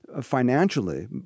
financially